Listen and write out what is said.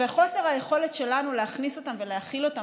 וחוסר היכולת שלנו להכניס אותם ולהכיל אותם